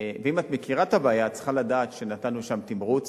ואם את מכירה את הבעיה את צריכה לדעת שנתנו שם תמרוץ.